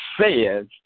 says